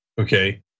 okay